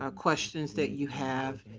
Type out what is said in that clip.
ah questions that you have,